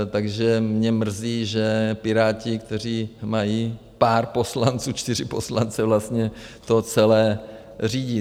Takže mě mrzí, že Piráti, kteří mají pár poslanců, čtyři poslance, vlastně to celé řídí.